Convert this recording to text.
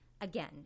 again